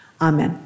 Amen